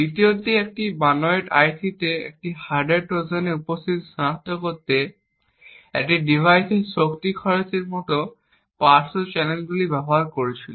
দ্বিতীয়টি একটি বানোয়াট আইসিতে একটি হার্ডওয়্যার ট্রোজানের উপস্থিতি সনাক্ত করতে একটি ডিভাইসের শক্তি খরচের মতো পার্শ্ব চ্যানেলগুলি ব্যবহার করছিল